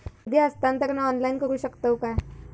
निधी हस्तांतरण ऑनलाइन करू शकतव काय?